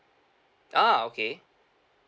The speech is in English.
ah okay